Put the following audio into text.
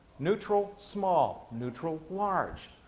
neutral, small. neutral, large.